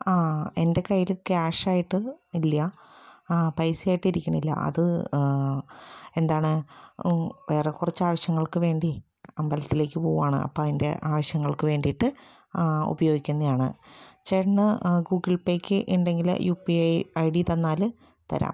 ആ എൻ്റെ കൈയ്യിൽ ക്യാഷ് ആയിട്ട് ഇല്ല ആ പൈസയായിട്ട് ഇരിക്കണില്ല അത് എന്താണ് വേറെ കുറച്ച് ആവശ്യങ്ങൾക്ക് വേണ്ടി അമ്പലത്തിലേക്ക് പോവുകയാണ് അപ്പോൾ അതിൻ്റെ ആവശ്യങ്ങൾക്ക് വേണ്ടിയിട്ട് ആ ഉപയോഗിക്കുന്നതാണ് ചേട്ടന് ആ ഗൂഗിൾ പേയ്ക്ക് ഉണ്ടെങ്കിൽ യുപിഐ ഐഡി തന്നാൽ തരാം